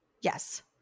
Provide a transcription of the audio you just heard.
Yes